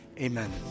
amen